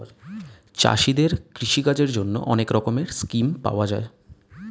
চাষীদের কৃষি কাজের জন্যে অনেক রকমের স্কিম পাওয়া যায়